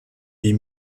wie